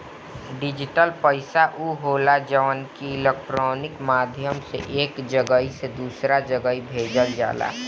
digital पईसा उ होला जवन की इलेक्ट्रोनिक माध्यम से एक जगही से दूसरा जगही भेजल जाला